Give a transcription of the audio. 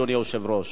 אדוני היושב-ראש.